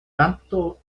tanto